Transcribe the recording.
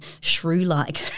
shrew-like